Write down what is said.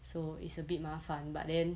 so it's a bit 麻烦 but then